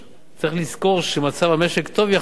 צריך לזכור שמצב המשק טוב יחסית,